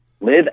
live